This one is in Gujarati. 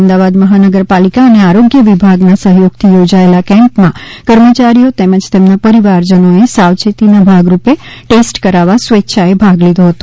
અમદાવાદ મહાનગરપાલિકા અને આરોગ્ય વિભાગના સહ્યોગથી યોજાયેલા કેમ્પમાં કર્મયારીઓ તેમજ તેમના પરિવારજનોએ સાવચેતીના ભાગરૂપે ટેસ્ટ કરાવવા સ્વેચ્છાએ ભાગ લીધો હતો